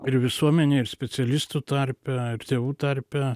ir visuomenėj ir specialistų tarpe ir tėvų tarpe